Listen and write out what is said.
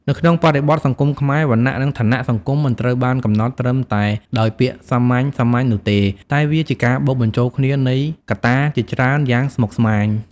នៅក្នុងបរិបទសង្គមខ្មែរ វណ្ណៈ ឬឋានៈសង្គមមិនត្រូវបានកំណត់ត្រឹមតែដោយពាក្យសាមញ្ញៗនោះទេ តែវាជាការបូកបញ្ចូលគ្នានៃកត្តាជាច្រើនយ៉ាងស្មុគស្មាញ។